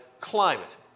climate